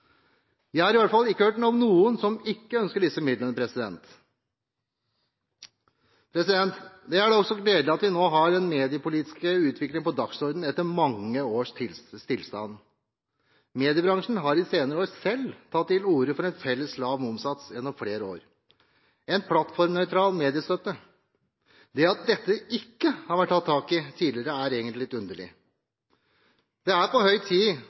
Jeg har i hvert fall ikke hørt om noen som ikke ønsker disse midlene. Det er også gledelig at vi nå har den mediepolitiske utviklingen på dagsordenen etter mange års stillstand. Mediebransjen har i de senere år selv tatt til orde for en felles lav momssats gjennom flere år – en plattformnøytral mediestøtte. Det at dette ikke har vært tatt tak i tidligere, er egentlig litt underlig. Det er på høy tid